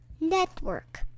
Network